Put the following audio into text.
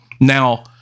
Now